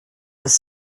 with